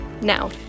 Now